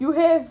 you have